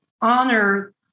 honor